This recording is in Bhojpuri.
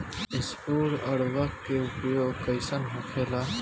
स्फुर उर्वरक के उपयोग कईसे होखेला?